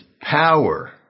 power